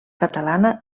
catalana